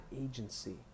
agency